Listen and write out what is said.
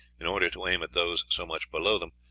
in order to aim at those so much below them,